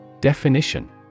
Definition